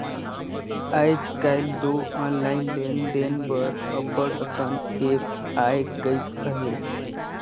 आएज काएल दो ऑनलाईन लेन देन बर अब्बड़ अकन ऐप आए गइस अहे